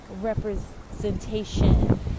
representation